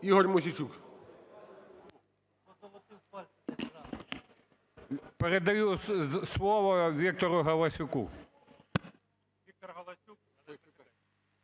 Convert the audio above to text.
Передаю слово Віктору Галасюку.